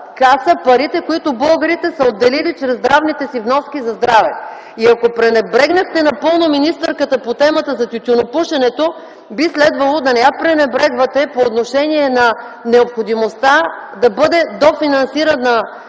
каса парите, които българите са отделили чрез здравните си вноски за здраве. И, ако пренебрегнахте напълно министъра по темата за тютюнопушенето, би следвало да не я пренебрегвате по отношение на необходимостта да бъде дофинансирана